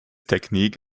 technique